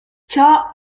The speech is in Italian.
ciò